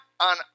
on